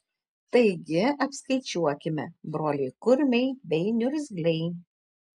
taigi apskaičiuokime broliai kurmiai bei niurzgliai